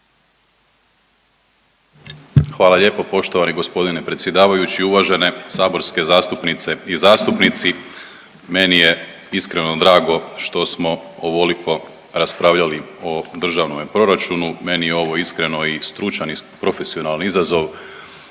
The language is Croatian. Hvala lijepo poštovani gospodine predsjedavajući, uvažene saborske zastupnice i zastupnici. Meni je iskreno drago što smo ovoliko raspravljali o državnom proračunu. Meni je ovo iskreno i stručan i profesionalan izazov